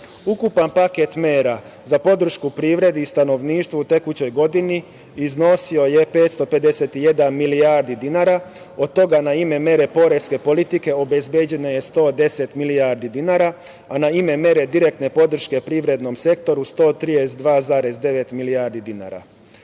paket mera za podršku privredi i stanovništvu u tekućoj godini iznosio je 551 milijardu dinara, od toga na ime mera poreske politike obezbeđeno je 110 milijardi dinara, a na ime mere direktne podrške privrednom sektoru 132,9 milijardi dinara.